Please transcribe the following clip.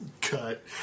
Cut